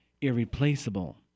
irreplaceable